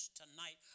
tonight